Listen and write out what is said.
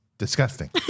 Disgusting